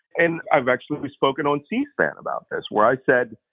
and i've actually spoken on c-span about this, where i said,